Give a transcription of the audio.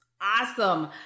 Awesome